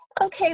okay